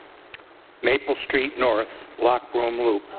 maple street north, loch broom loop,